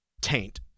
Taint